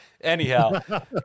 Anyhow